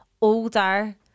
older